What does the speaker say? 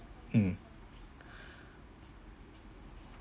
mm